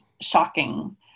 shocking